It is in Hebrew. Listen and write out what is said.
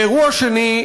באירוע שני,